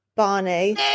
Barney